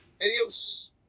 Adios